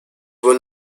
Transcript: were